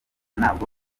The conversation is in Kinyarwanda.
ntabwo